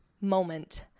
moment